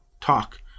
talk